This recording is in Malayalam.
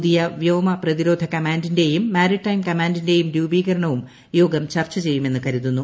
പുതിയ വ്യോമ പ്രതിരോധ കമ്റ്ൻഡിന്റെയും മാരിടൈം കമാൻഡിന്റെയും രൂപീകരണവും യോഗം ചർച്ച ചെയ്യുമെന്ന് കരുതുന്നു